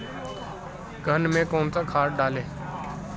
धान में कौन सा खाद डालें?